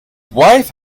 wife